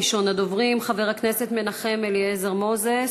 ראשון הדוברים, חבר הכנסת מנחם אליעזר מוזס,